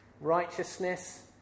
righteousness